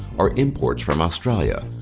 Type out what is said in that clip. are imports from australia,